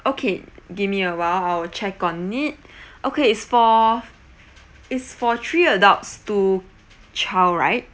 okay give me a while I'll check on it okay it's for it's for three adults two child right